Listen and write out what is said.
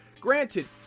Granted